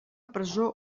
presó